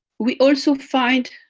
we also find